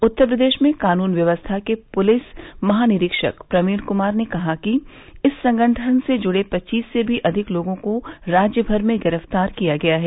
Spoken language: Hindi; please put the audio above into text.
उत्तर प्रदेश में कानून व्यवस्था के पुलिस महानिरीक्षक प्रवीण कुमार ने कहा है कि इस संगठन से जुड़े पच्चीस से भी अधिक लोगों को राज्यभर में गिरफ्तार किया गया है